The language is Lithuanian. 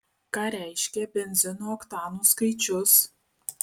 ką reiškia benzino oktanų skaičius